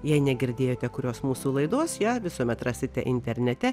jei negirdėjote kurios mūsų laidos ją visuomet rasite internete